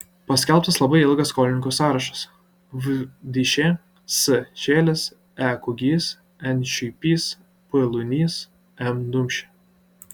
paskelbtas labai ilgas skolininkų sąrašas v dyšė s čielis e kugys n šiuipys p lunys m dumšė